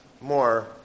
more